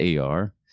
AR